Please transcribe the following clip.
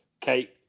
Kate